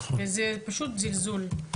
זה פשוט זלזול,